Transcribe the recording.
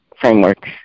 framework